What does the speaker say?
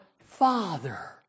Father